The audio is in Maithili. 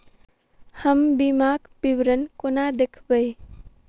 हम बीमाक विवरण कोना देखबै?